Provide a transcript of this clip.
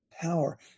Power